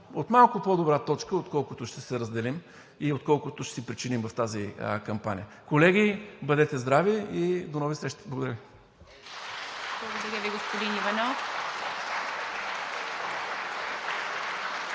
от малко по-добра точка, отколкото ще се разделим и отколкото ще си причиним в тази кампания. Колеги, бъдете здрави и до нови срещи! Благодаря.